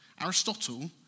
Aristotle